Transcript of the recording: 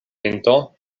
pinto